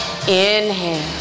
inhale